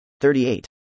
38